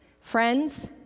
Friends